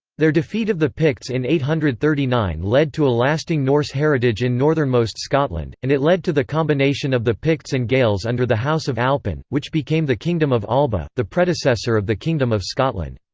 their defeat of the picts in eight hundred and thirty nine led to a lasting norse heritage in northernmost scotland, and it led to the combination of the picts and gaels under the house of alpin, and which became the kingdom of alba, the predecessor of the kingdom of scotland.